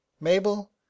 Mabel